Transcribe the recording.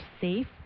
safe